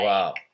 Wow